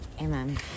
Amen